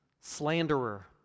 slanderer